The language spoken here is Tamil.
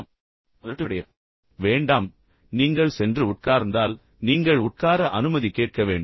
எனவே மிகவும் பதட்டமடைய வேண்டாம் நீங்கள் சென்று உட்கார்ந்தால் நீங்கள் உட்கார அனுமதி கேட்க வேண்டும்